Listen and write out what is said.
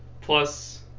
Plus